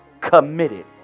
committed